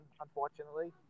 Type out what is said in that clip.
unfortunately